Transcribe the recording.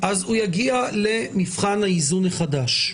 הוא יגיע למבחן האיזון החדש.